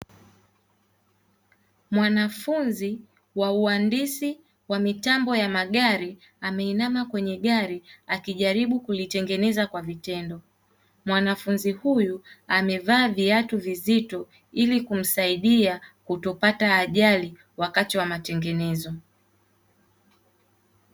Mwanafunzi wa uhandisi wa mitambo ya magari ameinama kwenye gari akijaribu kulitengeneza kwa vitendo, mwanafunzi huyu amevaa viatu vizito ili kumsaidia kutopata ajali wakati wa matengenezo.